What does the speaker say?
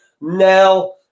Now